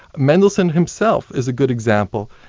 mendelssohn himself is a good example.